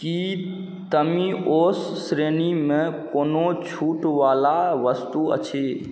की तिमिओस श्रेणीमे कोनो छूट वला वस्तु अछि